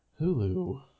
Hulu